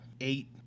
eight